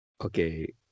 Okay